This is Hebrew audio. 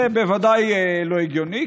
זה בוודאי לא הגיוני,